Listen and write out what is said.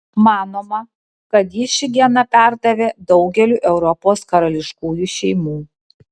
manoma kad ji šį geną perdavė daugeliui europos karališkųjų šeimų